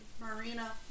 Marina